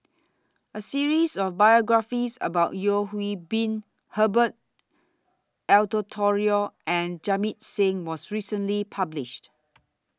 A series of biographies about Yeo Hwee Bin Herbert Eleuterio and Jamit Singh was recently published